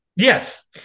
Yes